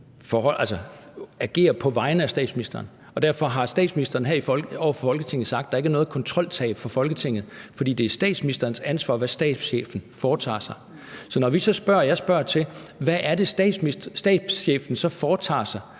agerer på vegne af statsministeren, og derfor har statsministeren her over for Folketinget sagt, at der ikke er noget kontroltab for Folketinget, for det er statsministerens ansvar, hvad stabschefen foretager sig. Så når jeg spørger til, hvad det er, stabschefen foretager sig